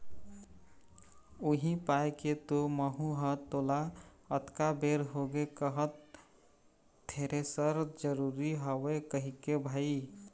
उही पाय के तो महूँ ह तोला अतका बेर होगे कहत थेरेसर जरुरी हवय कहिके भाई